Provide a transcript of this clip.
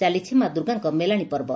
ଚାଲିଛି ମା ଦୁର୍ଗାଙ୍କ ମେଲାଶି ପର୍ବ